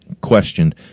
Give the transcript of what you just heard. questioned